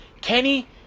Kenny